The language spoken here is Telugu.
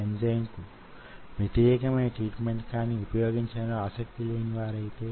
ఇదంతా అంటే యాక్టిన్ మ్యోసిన్ ఫిలమెంట్ ల మధ్య జరిగే స్లైడింగ్ మోషన్ కు దారి తీస్తుంది